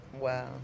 Wow